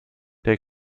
der